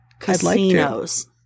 Casinos